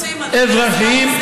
מרכיבים אזרחיים,